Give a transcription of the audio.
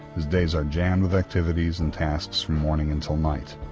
his days are jammed with activities and tasks from morning and till night,